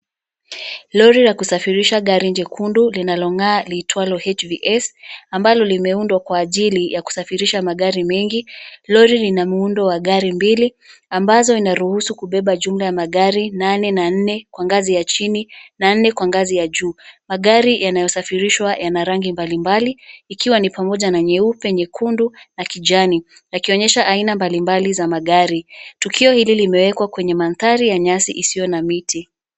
Lori la kusafirisha gari jekundu linalong'aa liitwalo [HVS], ambalo limeundwa kwa ajili ya kusafirisha magari mengi. Lori lina muundo wa gari mbili, ambazo inaruhusu kubeba jumla magari nane na nne kwa ngazi ya chini na nne kwa ngazi ya juu. Magari yanayosafirishwa yana rangi mbalimbali, ikiwa ni pamoja na nyeupe, nyekundu na kijani, yakionyesha aina mbalimbali za magari. Tukio hili limewekwa kwenye mandhari ya nyasi isiyo na miti.